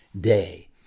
day